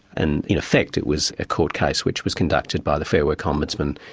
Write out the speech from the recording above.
and in effect it was a court case which was conducted by the fair work ombudsman,